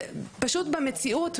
פשוט במציאות,